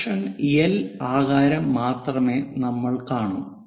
പ്രൊജക്ഷന് L ആകാരം മാത്രമേ നമ്മൾ കാണൂ